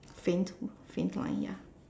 faint faint line ya